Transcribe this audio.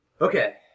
Okay